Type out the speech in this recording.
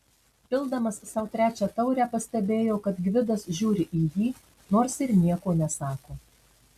pildamas sau trečią taurę pastebėjo kad gvidas žiūri į jį nors ir nieko nesako